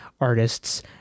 artists